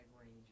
range